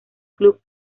club